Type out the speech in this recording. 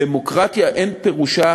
דמוקרטיה אין פירושה